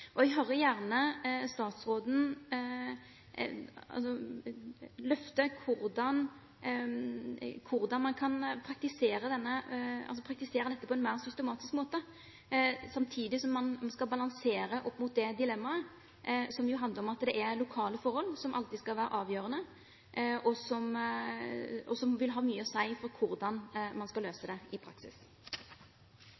Jeg hører gjerne statsråden løfte hvordan man kan praktisere dette på en mer systematisk måte, samtidig som man skal balansere opp mot det dilemmaet, som handler om at det er lokale forhold som alltid skal være avgjørende, og som vil ha mye å si for hvordan man skal løse